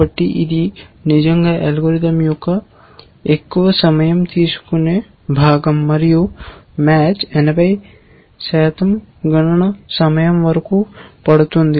కాబట్టి ఇది నిజంగా అల్గోరిథం యొక్క ఎక్కువ సమయం తీసుకునే భాగం మరియు మ్యాచ్ 80 శాతం గణన సమయం వరకు పడుతుంది